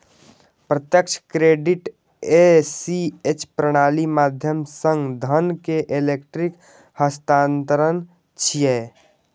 प्रत्यक्ष credit ACH प्रणालीक माध्यम सं धन के इलेक्ट्रिक हस्तांतरण छियै